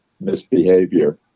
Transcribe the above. misbehavior